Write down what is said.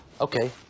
Okay